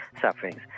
sufferings